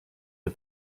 the